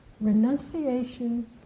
renunciation